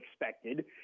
expected